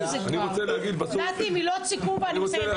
נתי, מילות סיכום בבקשה.